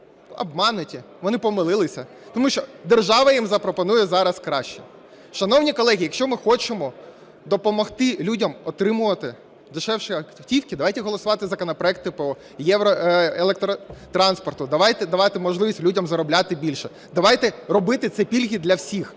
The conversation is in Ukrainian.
обмануті, вони помилилися, тому що держава їм запропонує зараз краще. Шановні колеги, якщо ми хочемо допомогти людям отримувати дешевше автівки, давайте голосувати законопроекти по євроелектротранспорту, давайте давати можливість людям заробляти більше, давайте робити ці пільги для всіх.